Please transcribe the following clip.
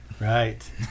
Right